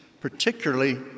particularly